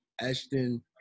Ashton